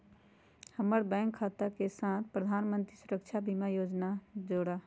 हम्मर बैंक खाता के साथ प्रधानमंत्री सुरक्षा बीमा योजना जोड़ा